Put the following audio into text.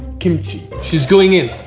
kimchi. she's going in!